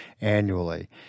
annually